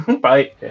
Bye